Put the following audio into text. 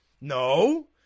no